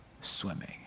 swimming